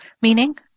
Meaning